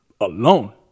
alone